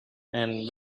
and